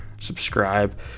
subscribe